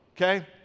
okay